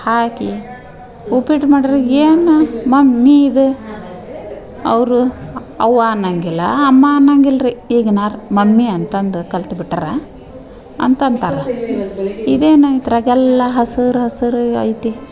ಹಾಕಿ ಉಪ್ಪಿಟ್ಟು ಮಾಡ್ರೆ ಏನು ಮಮ್ಮಿ ಇದು ಅವರು ಅವ್ವ ಅನ್ನೋಂಗಿಲ್ಲ ಅಮ್ಮ ಅನ್ನೋಂಗಿಲ್ರಿ ಈಗ ನಾರ್ ಮಮ್ಮಿ ಅಂತಂದು ಕಲ್ತು ಬಿಟ್ಟಾರೆ ಅಂತ ಅಂತಾರೆ ಇದೇನು ಇದ್ರಾಗ ಎಲ್ಲ ಹಸಿರ್ ಹಸಿರು ಐತಿ